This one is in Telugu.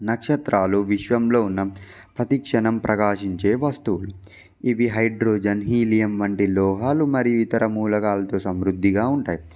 నక్షత్రాలు విశ్వంలో ఉన్న ప్రతిక్షణం ప్రకాశించే వస్తువులు ఇవి హైడ్రోజన్ హీలియం వంటి లోహాలు మరియు ఇతర మూలకాలతో సమృద్ధిగా ఉంటాయి